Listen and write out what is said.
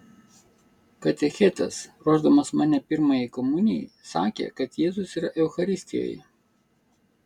katechetas ruošdamas mane pirmajai komunijai sakė kad jėzus yra eucharistijoje